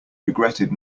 regretted